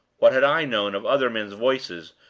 what had i known of other men's voices,